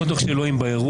אני לא בטוח שאלוהים באירוע.